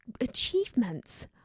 achievements